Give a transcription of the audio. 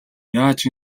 яаж